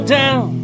down